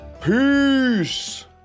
Peace